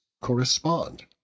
correspond